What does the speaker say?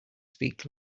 speak